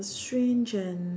strange and